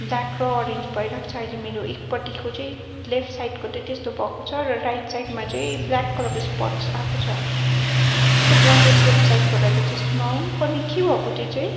black र orange भइरहेको छ अहिले मेरो एकपट्टिको चाहिँ लेफ्ट साइडको त्यही त्यस्तो भएको छ र राइट साइडमा चाहिँ ब्ल्याक कलरको स्पट्स आएको छ त्यस्तो ब्रान्डेड वेबसाइटबाट चाहिँ त्यस्तो नआउनुपर्ने के भएको त्यो चाहिँ